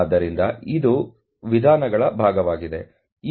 ಆದ್ದರಿಂದ ಅದು ವಿಧಾನಗಳ ಭಾಗವಾಗಿದೆ